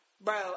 Bro